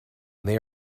they